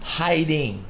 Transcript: hiding